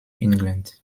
england